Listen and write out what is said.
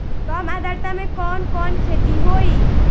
कम आद्रता में कवन कवन खेती होई?